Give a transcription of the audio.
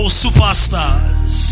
superstars